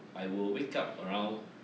I will wake up around